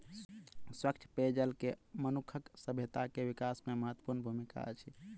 स्वच्छ पेयजल के मनुखक सभ्यता के विकास में महत्वपूर्ण भूमिका अछि